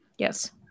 Yes